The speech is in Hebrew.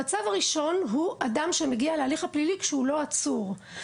המצב הראשון הוא אדם שמגיע להליך הפלילי כשהוא לא עצור.